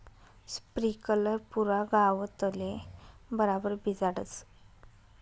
sprinkler पुरा गावतले बराबर भिजाडस